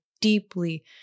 deeply